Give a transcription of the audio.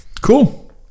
Cool